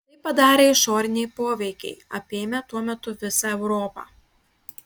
tai padarė išoriniai poveikiai apėmę tuo metu visą europą